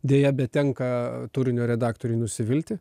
deja bet tenka turinio redaktoriui nusivilti